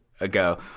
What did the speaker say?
ago